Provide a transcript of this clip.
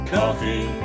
Coffee